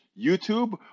YouTube